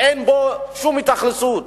אין בו שום התאכלסות,